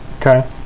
okay